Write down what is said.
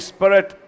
Spirit